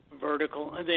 vertical